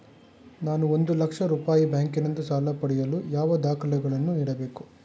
ನಾನು ಒಂದು ಲಕ್ಷ ರೂಪಾಯಿ ಬ್ಯಾಂಕಿನಿಂದ ಸಾಲ ಪಡೆಯಲು ಯಾವ ದಾಖಲೆಗಳನ್ನು ನೀಡಬೇಕು?